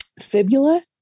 fibula